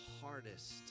hardest